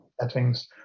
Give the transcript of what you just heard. settings